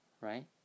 right